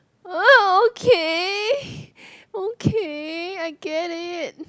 okay okay I get it